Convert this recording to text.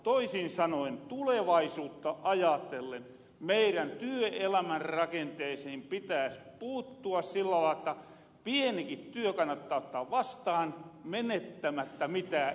toisin sanoen tulevaisuutta ajatellen meirän työelämän rakenteisiin pitääs puuttua sillä lailla jotta pienikin työ kannattaa ottaa vastaan menettämättä mitään etuisuuksia